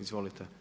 Izvolite.